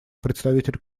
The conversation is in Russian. представитель